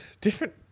different